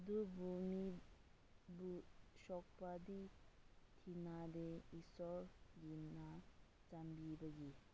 ꯑꯗꯨꯕꯨ ꯃꯤꯕꯨ ꯁꯣꯛꯄꯗꯤ ꯊꯦꯡꯅꯗꯦ ꯏꯁꯣꯔꯗꯨꯅ ꯆꯥꯟꯕꯤꯕꯒꯤ